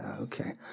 okay